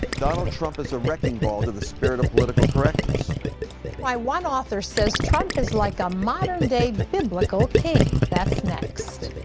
donald trump is a wrecking ball to the spirit of political correctness. terry why one author says trump is like a modern day biblical king. that's next.